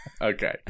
Okay